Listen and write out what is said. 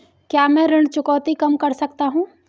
क्या मैं ऋण चुकौती कम कर सकता हूँ?